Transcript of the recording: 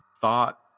thought